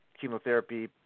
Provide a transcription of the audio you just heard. chemotherapy